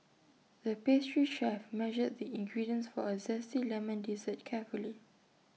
the pastry chef measured the ingredients for A Zesty Lemon Dessert carefully